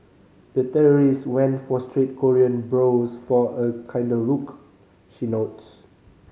the terrorist went for straight Korean brows for a kinder look she notes